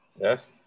yes